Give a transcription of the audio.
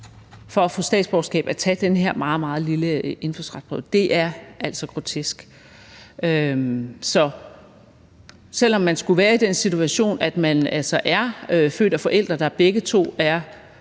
for at få statsborgerskab at tage den her meget, meget lille indfødsretsprøve, er altså grotesk. Så selv om man skulle være i den situation, at man altså er født af forældre, der begge to har